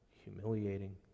humiliating